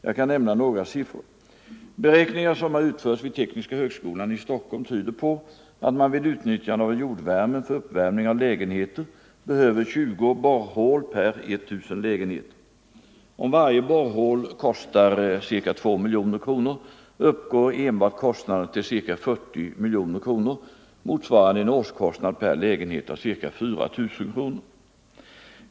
Jag kan nämna några siffror. Beräkningar som har utförts vid Tekniska högskolan i Stockholm tyder på att man vid utnyttjande av jordvärmen för uppvärmning av lägenheter behöver 20 borrhål per 1 000 lägenheter. Om varje borrhål kostar ca 2 miljoner kronor uppgår enbart kostnaderna till ca 40 miljoner kronor, motsvarande en årskostnad per lägenhet av ca 4000 kronor.